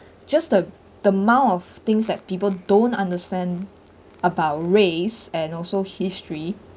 just the the amount of things that people don't understand about race and also history